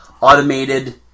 automated